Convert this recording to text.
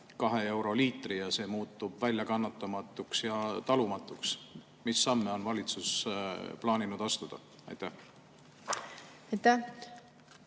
euroni liitri eest ja see muutub väljakannatamatuks ja talumatuks? Mis samme on valitsus plaaninud astuda? Aitäh, härra